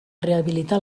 rehabilitar